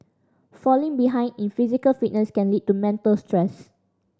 falling behind in physical fitness can lead to mental stress